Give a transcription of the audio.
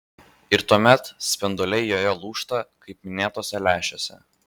ir tuomet spinduliai joje lūžta kaip minėtuose lęšiuose